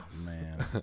man